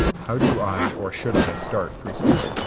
how do i, or should i start free soloing?